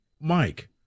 Mike